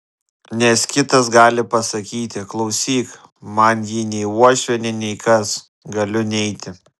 nes kitas gali pasakyti klausyk man ji nei uošvienė nei kas galiu neiti